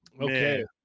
okay